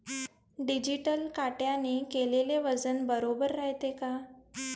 Digital काट्याने केलेल वजन बरोबर रायते का?